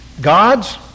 God's